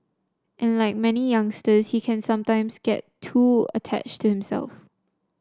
and like many youngsters he can sometimes get too attached to himself